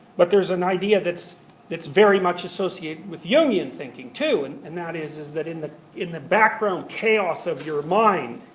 but there's an idea that's that's very much associated with jungian thinking too, and and that is is that in the in the background chaos of your mind,